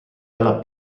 alla